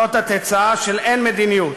זאת התוצאה של אין מדיניות.